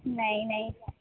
نہیں نہیں